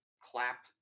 clap